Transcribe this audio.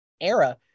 era